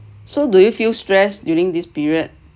so do you feel stress during this period